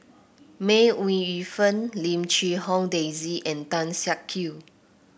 May Ooi Yu Fen Lim Quee Hong Daisy and Tan Siak Kew